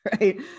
right